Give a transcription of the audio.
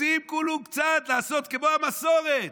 רוצים כולה קצת לעשות כמו המסורת.